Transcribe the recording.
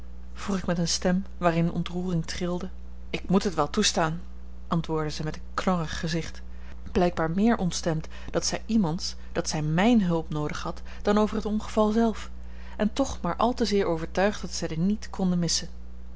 vroeg ik met eene stem waarin ontroering trilde ik moet het wel toestaan antwoordde zij met een knorrig gezicht blijkbaar meer ontstemd dat zij iemands dat zij mijne hulp noodig had dan over het ongeval zelf en toch maar al te zeer overtuigd dat zij die niet konde missen